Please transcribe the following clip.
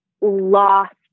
lost